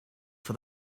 for